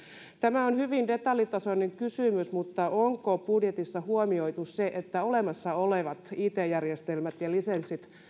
tämä on hyvin detaljitasoinen kysymys mutta onko budjetissa huomioitu se että olemassa olevat it järjestelmät ja lisenssit